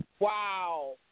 Wow